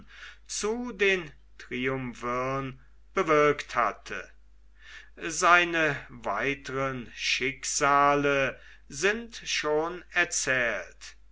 zu den triumvirn bewirkt hatte seine weiteren schicksale sind schon erzählt